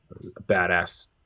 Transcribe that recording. badass